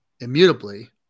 Immutably